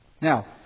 Now